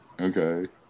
Okay